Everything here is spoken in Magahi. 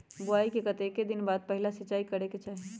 बोआई के कतेक दिन बाद पहिला सिंचाई करे के चाही?